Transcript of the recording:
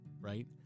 right